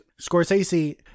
Scorsese